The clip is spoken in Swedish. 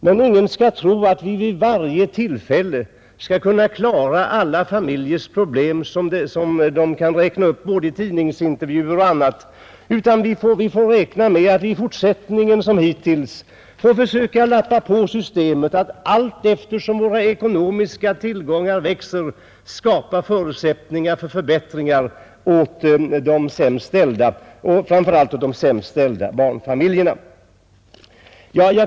Men ingen skall tro att vi vid varje tillfälle skall kunna klara alla familjers problem som räknas upp i tidningsintervjuer eller på annat håll, utan vi får räkna med att i fortsättningen som hittills försöka lappa på systemet och allteftersom våra ekonomiska tillgångar växer skapa förutsättningar för förbättringar åt de sämst ställda — framför allt de sämst ställda barnfamiljerna.